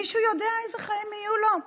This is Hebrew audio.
מישהו יודע איזה חיים יהיו לו?